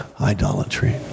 idolatry